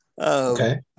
Okay